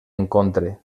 encontre